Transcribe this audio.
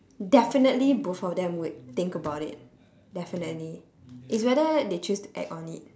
definitely both of them would think about it definitely it's whether they choose to act on it